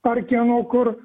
ar kieno kur